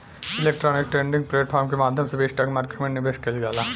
electronic trading platform के माध्यम से भी स्टॉक मार्केट में निवेश कईल जाला